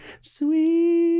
Sweet